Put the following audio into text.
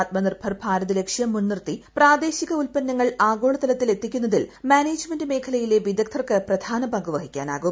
ആത്മനിർഭർ ഭാരത് ലക്ഷ്യം മുൻനിർത്തി പ്രാദേശ്രീക്ക് ഉൽപ്പന്നങ്ങൾ ആഗോളതലത്തിൽ എത്തിക്കുന്നതിൽ മാനേജ്മെന്റ് മേഖലയിലെ വിദഗ്ദ്ധർക്ക് പ്രധാന പങ്കു വഹിക്കാനാകും